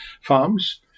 farms